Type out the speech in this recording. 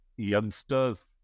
youngsters